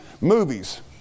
movies